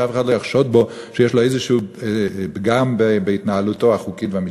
שאף אחד לא יחשוד בו שיש איזה פגם בהתנהלותו החוקית והמשפטית.